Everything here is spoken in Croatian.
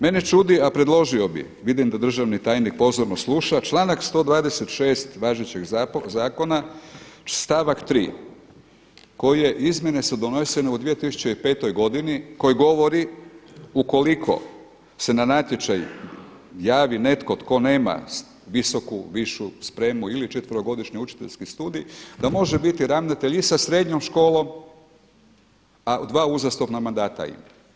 Mene čudi, a predložio bih, vidim da državni tajnik pozorno sluša, članak 126. važećeg zakona, stavak tri koje izmjene su donesene u 2005. godini koji govori ukoliko se na natječaj javi netko tko nema visoku, višu spremu ili četverogodišnji Učiteljski studij, da može biti ravnatelj i sa srednjom školom, a dva uzastopna mandata ima.